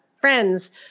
friends